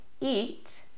eat